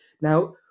now